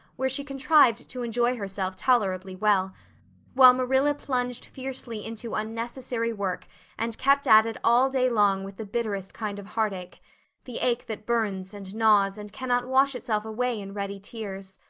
where she contrived to enjoy herself tolerably well while marilla plunged fiercely into unnecessary work and kept at it all day long with the bitterest kind of heartache the ache that burns and gnaws and cannot wash itself away in ready tears.